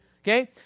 okay